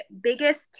biggest